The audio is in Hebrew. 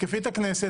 תתקפי את הכנסת.